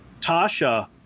Tasha